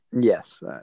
Yes